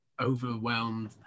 overwhelmed